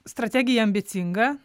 strategija ambicinga